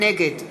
נגד